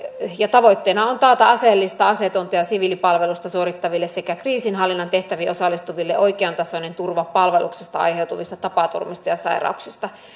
tavoitteena on taata aseellista aseetonta ja siviilipalvelusta suorittaville sekä kriisinhallinnan tehtäviin osallistuville oikeantasoinen turva palveluksesta aiheutuvista tapaturmista ja sairauksista